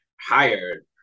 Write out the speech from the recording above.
hired